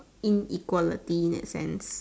inequality in that sense